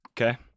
okay